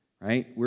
Right